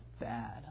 bad